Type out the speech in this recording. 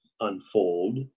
unfold